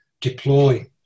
deploy